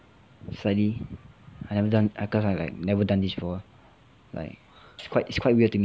slightly I never done cause I like never done this before like it's quite it's quite weird to me